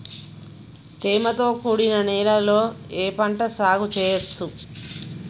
తేమతో కూడిన నేలలో ఏ పంట సాగు చేయచ్చు?